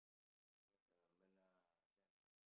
what what that Marina Sands ah